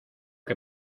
que